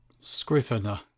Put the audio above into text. Scrivener